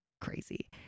crazy